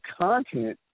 content